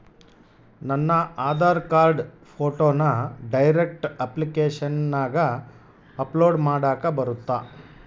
ನನ್ನ ಆಧಾರ್ ಕಾರ್ಡ್ ಫೋಟೋನ ಡೈರೆಕ್ಟ್ ಅಪ್ಲಿಕೇಶನಗ ಅಪ್ಲೋಡ್ ಮಾಡಾಕ ಬರುತ್ತಾ?